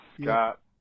Scott